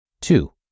Two